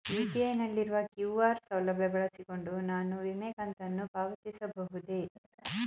UPI ನಲ್ಲಿರುವ QR ಸೌಲಭ್ಯ ಬಳಸಿಕೊಂಡು ನಾನು ವಿಮೆ ಕಂತನ್ನು ಪಾವತಿಸಬಹುದೇ?